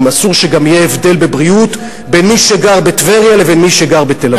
אסור שגם יהיה הבדל בבריאות בין מי שגר בטבריה לבין מי שגר בתל-אביב.